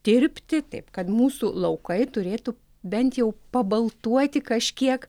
tirpti taip kad mūsų laukai turėtų bent jau pabaltuoti kažkiek